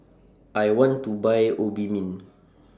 I want to Buy Obimin